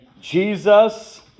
Jesus